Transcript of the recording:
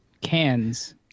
cans